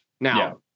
Now